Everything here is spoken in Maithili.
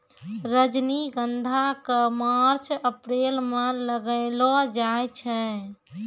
रजनीगंधा क मार्च अप्रैल म लगैलो जाय छै